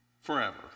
forever